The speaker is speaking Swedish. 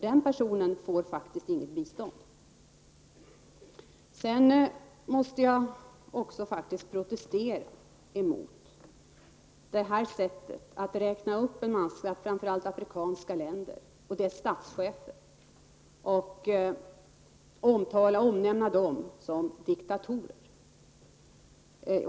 Den personen får faktiskt inget bistånd. Jag måste faktiskt också protestera mot det här sättet att räkna upp en mängd framför allt afrikanska länder och deras statschefer och omnämna dem som diktatorer.